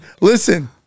listen